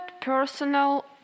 personal